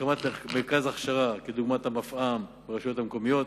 הקמת מרכז הכשרה, כדוגמת המפע"ם ברשויות המקומיות,